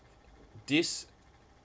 this